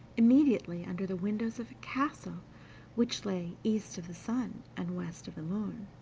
immediately under the windows of a castle which lay east of the sun and west of the moon